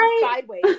sideways